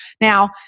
Now